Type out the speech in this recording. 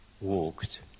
walked